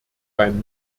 beim